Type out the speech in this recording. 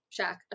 Shaq